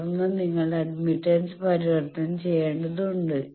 തുടർന്ന് നിങ്ങളുടെ അഡ്മിറ്റൻസ് പരിവർത്തനം ചെയ്യേണ്ടതുണ്ട്